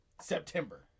September